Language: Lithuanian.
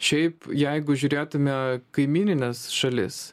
šiaip jeigu žiūrėtume kaimynines šalis